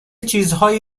چیزهایی